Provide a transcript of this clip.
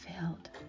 filled